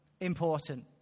important